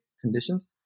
conditions